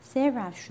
Sarah